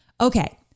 Okay